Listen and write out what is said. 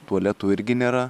tualetų irgi nėra